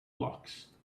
blocks